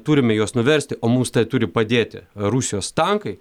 turime juos nuversti o mums turi padėti rusijos tankai